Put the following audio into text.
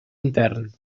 intern